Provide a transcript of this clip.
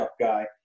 guy